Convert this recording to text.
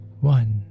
one